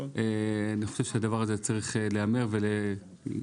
אני חושב שהדבר הזה צריך להיאמר וצריך